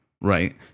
right